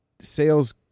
sales